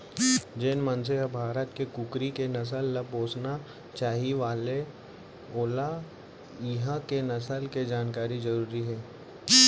जेन मनसे ह भारत के कुकरी के नसल ल पोसना चाही वोला इहॉं के नसल के जानकारी जरूरी हे